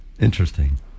Interesting